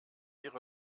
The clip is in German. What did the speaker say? ihre